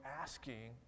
asking